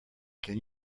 can